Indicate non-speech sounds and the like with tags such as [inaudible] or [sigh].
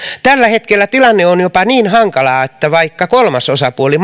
tällä hetkellä tilanne on jopa niin hankala että vaikka kolmas osapuoli [unintelligible]